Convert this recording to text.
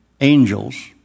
angels